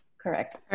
correct